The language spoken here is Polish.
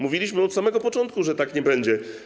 Mówiliśmy od samego początku, że tak nie będzie.